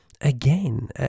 again